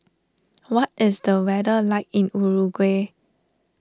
what is the weather like in Uruguay